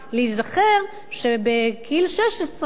להיזכר שבגיל 16,